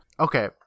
Okay